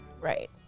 Right